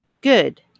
Good